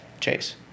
Chase